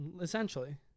Essentially